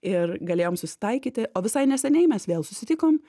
ir galėjom susitaikyti o visai neseniai mes vėl susitikom